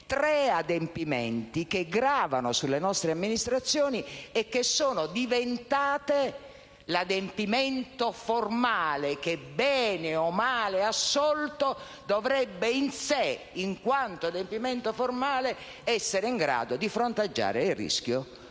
tre adempimenti che gravano sulle nostre amministrazioni e sono diventati l'adempimento formale che, bene o male assolto, dovrebbe in sé, in quanto adempimento formale, essere in grado di fronteggiare il rischio